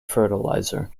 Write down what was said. fertilizer